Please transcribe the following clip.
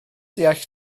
deall